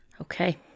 Okay